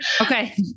Okay